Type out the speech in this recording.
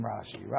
Rashi